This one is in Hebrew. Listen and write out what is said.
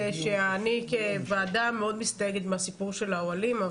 שאני כוועדה מאוד מסתייגת מהסיפור של האוהלים.